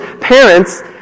parents